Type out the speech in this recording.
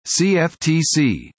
CFTC